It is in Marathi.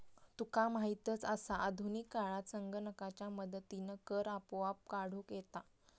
तुका माहीतच आसा, आधुनिक काळात संगणकाच्या मदतीनं कर आपोआप काढूक येता